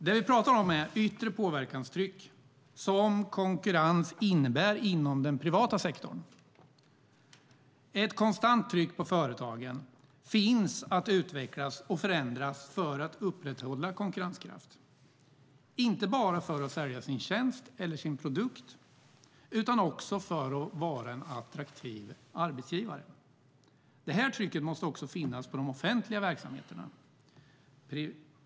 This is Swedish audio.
Det vi pratar om är det yttre påverkanstryck som konkurrens innebär inom den privata sektorn. Det finns ett konstant tryck på företagen att utvecklas och förändras för att upprätthålla konkurrenskraften. Det handlar inte bara om att sälja sin tjänst eller sin produkt utan också om att vara en attraktiv arbetsgivare. Det här trycket måste också finnas på de offentliga verksamheterna.